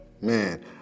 Man